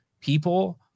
people